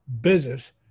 business